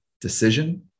decision